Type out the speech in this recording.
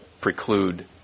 preclude